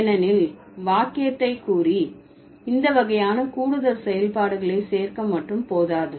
ஏனெனில் வாக்கியத்தை கூறி இந்த வகையான கூடுதல் செயல்பாடுகளை சேர்க்க மட்டும் போதாது